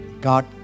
God